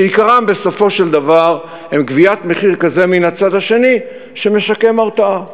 שעיקרם בסופו של דבר הוא גביית מחיר כזה מן הצד השני שמשקם הרתעה.